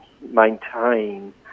maintain